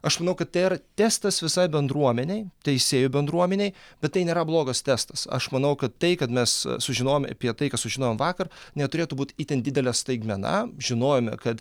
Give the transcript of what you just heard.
aš manau kad tai yra testas visai bendruomenei teisėjų bendruomenei bet tai nėra blogas testas aš manau kad tai kad mes sužinojome apie tai ką sužinojome vakar neturėtų būti itin didelė staigmena žinojome kad